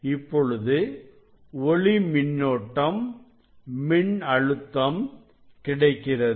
இப்பொழுது ஒளி மின்னோட்டம் ஒளி மின்னழுத்தம் கிடைக்கிறது